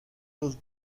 los